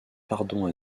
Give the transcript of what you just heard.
pardon